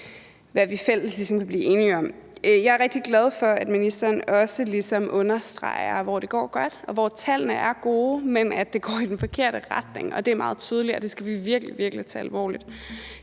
hvad vi i fællesskab kan blive enige om. Jeg er også rigtig glad for, at ministeren ligesom understreger, hvor det går godt, og hvor tallene er gode, men at det går i den forkerte retning, og det er det meget tydeligt at vi virkelig, virkelig skal tage alvorligt.